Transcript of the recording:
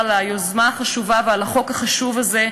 על היוזמה החשובה ועל החוק החשוב הזה,